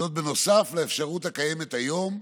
זאת, נוסף לאפשרות הקיימת היום,